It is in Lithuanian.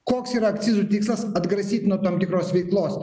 koks yra akcizų tikslas atgrasyt nuo tam tikros veiklos